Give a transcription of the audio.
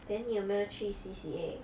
then 你有没有去 C_C_A